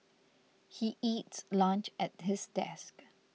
he eats lunch at his desk